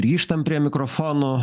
grįžtam prie mikrofono